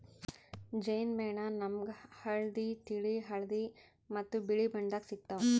ಜೇನ್ ಮೇಣ ನಾಮ್ಗ್ ಹಳ್ದಿ, ತಿಳಿ ಹಳದಿ ಮತ್ತ್ ಬಿಳಿ ಬಣ್ಣದಾಗ್ ಸಿಗ್ತಾವ್